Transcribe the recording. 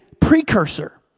precursor